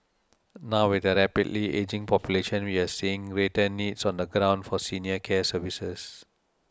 now with a rapidly ageing population we are seeing greater needs on the ground for senior care services